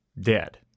Dead